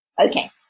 Okay